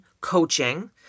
coaching